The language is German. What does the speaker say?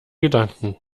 gedanken